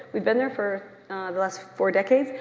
we've been there for the last four decades,